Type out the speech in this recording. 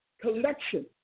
collection